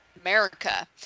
America